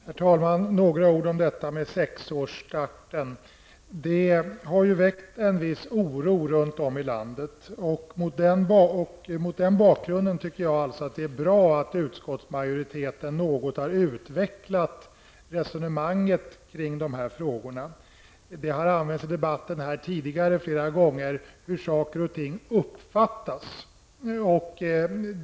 Herr talman! Jag vill säga några ord om detta med sexårsstarten. Det har ju väckt en viss oro runt om i landet. Mot den bakgrunden tycker jag att det är bra att utskottsmajoriteten har utvecklat resonemanget något kring dessa frågor. Man har tidigare här i debatten flera gånger återkommit till detta hur saker och ting uppfattas.